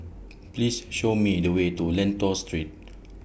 Please Show Me The Way to Lentor Street